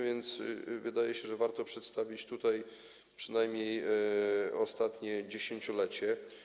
Wydaje się, że warto przedstawić tutaj przynajmniej ostatnie dziesięciolecie.